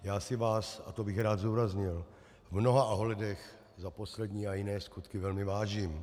Já si vás a to bych rád zdůraznil v mnoha ohledech za poslední a jiné skutky velmi vážím.